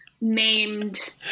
maimed